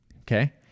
Okay